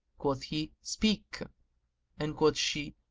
quoth he, speak and quoth she,